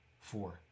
Four